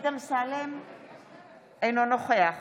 אינו נוכח